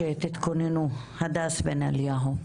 הדס בן אליהו.